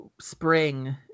spring